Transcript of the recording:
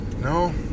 No